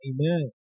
Amen